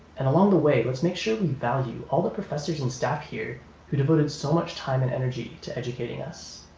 and along the way let's make sure we value all the professors and staff here who devoted so much time and energy to educating us.